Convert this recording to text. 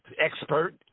expert